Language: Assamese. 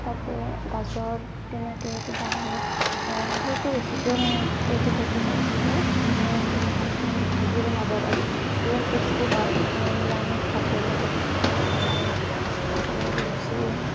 তাতে গাজৰ তেনেকৈ কিবা আমি সেইটো ৰেচিপিও মই ইউটিউবতে চাইছিলোঁ মানে তেনেকৈ এখন ভাজি বনাব পাৰি বিৰাট টেষ্টি হয় মানে নিৰামিষ ভাতৰ লগতো খাব পাৰি বা আপুনি লুচি